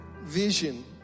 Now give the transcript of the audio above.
vision